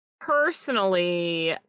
Personally